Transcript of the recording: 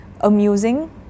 amusing